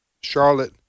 Charlotte